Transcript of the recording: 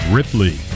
Ripley